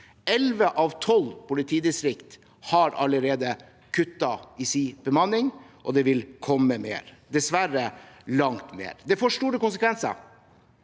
11 av 12 politidistrikt har allerede kuttet i sin bemanning, og det vil komme mer – dessverre langt mer. Dette får store konsekvenser.